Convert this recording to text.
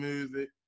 Music